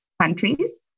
countries